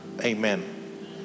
amen